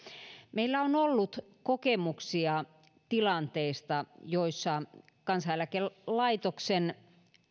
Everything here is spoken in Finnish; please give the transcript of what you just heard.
meillä on ollut kokemuksia tilanteista joissa kansaneläkelaitoksen